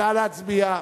נא להצביע.